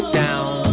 down